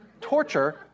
Torture